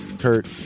kurt